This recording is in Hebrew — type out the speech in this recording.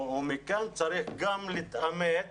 לכן צריך להתאמץ